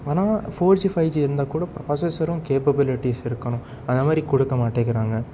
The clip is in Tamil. ஆனால் ஃபோர் ஜி ஃபைவ் ஜி இருந்தால் கூட ப்ராசஸரும் கேப்பபிளிட்டிஸ் இருக்கணும் அந்த மாதிரி கொடுக்க மாட்டேங்கிறாங்க